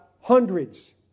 hundreds